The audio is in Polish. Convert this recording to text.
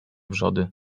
wrzody